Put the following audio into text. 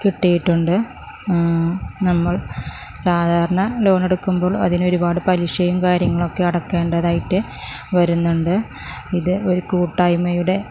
കിട്ടിയിട്ടുണ്ട് നമ്മൾ സാധാരണ ലോണെടുക്കുമ്പോൾ അതിനൊരുപാട് പലിശയും കാര്യങ്ങളൊക്കെ അടക്കേണ്ടതായിട്ട് വരുന്നുണ്ട് ഇത് ഒരു കൂട്ടായ്മയുടെ